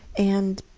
and